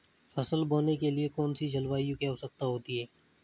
फसल बोने के लिए कौन सी जलवायु की आवश्यकता होती है?